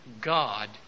God